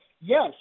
yes